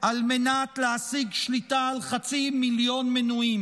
על מנת להשיג שליטה על חצי מיליון מנויים.